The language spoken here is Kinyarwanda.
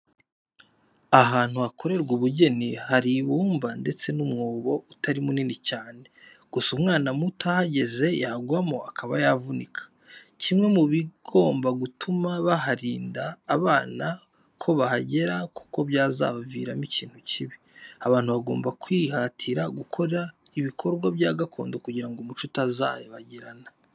Ahantu hakorerwa ubugeni hari ibumba ndetse n'umwobo utari munini cyane, gusa umwana muto ahageze yagwamo akaba yanavunika, kimwe mubigomba gutuma baharinda abana ko bahagera kuko byazabaviramo ikintu kibi. Abantu bagomba kwihatira gukora ibikorwa bya gakondo kugira ngo umuco utazibagirana.